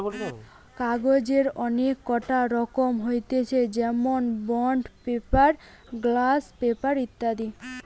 কাগজের অনেক কটা রকম হতিছে যেমনি বন্ড পেপার, গ্লস পেপার ইত্যাদি